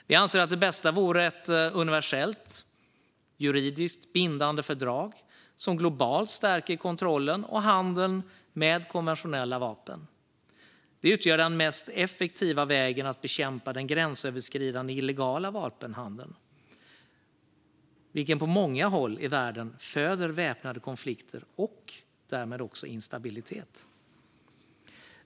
Vi anser att det bästa vore ett universellt juridiskt bindande fördrag som globalt stärker kontrollen av handeln med konventionella vapen. Det utgör den mest effektiva vägen att bekämpa den gränsöverskridande illegala vapenhandeln, vilken på många håll i världen föder väpnade konflikter och därmed också instabilitet.